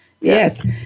yes